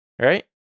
right